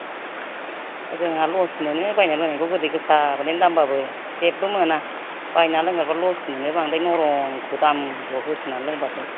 जोंहा लस मोनो बायना लोंनायखौ गोदै गोसाबाथाय दामबाबो जेबो मोना बायना लोंनायबा लस मोनो बांद्राय नर'मखौ दामल' होसोमनानै लोंबाथाय